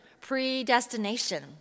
predestination